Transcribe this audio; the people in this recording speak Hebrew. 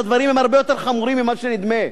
והדברים הם הרבה יותר חמורים ממה שנדמה.